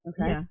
Okay